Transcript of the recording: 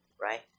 right